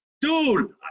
dude